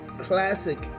classic